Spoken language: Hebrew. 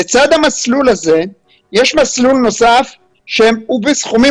לצד המסלול הזה יש מסלול נוסף שהוא בסכומים